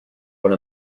what